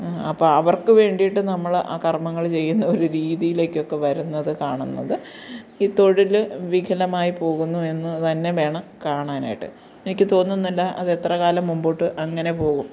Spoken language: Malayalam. അപ്പോള് അവർക്ക് വേണ്ടിയിട്ട് നമ്മള് ആ കർമ്മങ്ങള് ചെയ്യുന്ന ഒരു രീതിയിലേക്കൊക്കെ വരുന്നത് കാണുന്നത് ഈ തൊഴില് വികലമായി പോകുന്നു എന്ന് തന്നെ വേണം കാണാനായിട്ട് എനിക്ക് തോന്നുന്നില്ല അതെത്രകാലം മുമ്പോട്ട് അങ്ങനെ പോകും